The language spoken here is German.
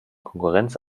konkurrenz